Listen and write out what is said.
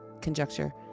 Conjecture